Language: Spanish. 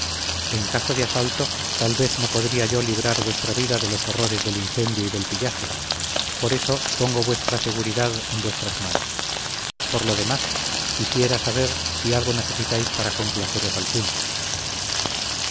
en caso de asalto tal vez no podría yo librar vuestra vida de los horrores del incendio y del pillaje por eso pongo vuestra seguridad en vuestras manos por lo demás quisiera saber si algo necesitáis para complaceros al punto